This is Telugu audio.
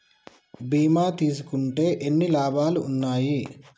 బీమా తీసుకుంటే ఎన్ని లాభాలు ఉన్నాయి?